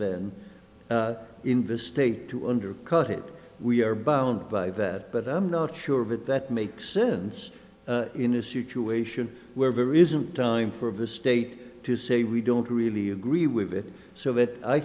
then in this state to undercut it we are bound by that but i'm not sure of it that makes sense in a situation where there isn't time for the state to say we don't really agree with it so